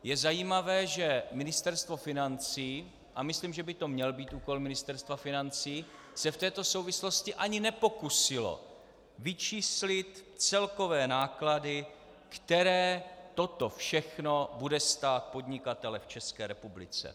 Je zajímavé, že Ministerstvo financí, a myslím, že by to měl být úkol Ministerstva financí, se v této souvislosti ani nepokusilo vyčíslit celkové náklady, které toto všechno bude stát podnikatele v České republice.